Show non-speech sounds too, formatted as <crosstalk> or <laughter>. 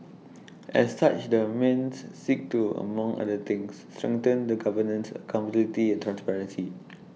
<noise> as such the mends seek to among other things strengthen the governance accountability and transparency